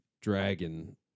dragon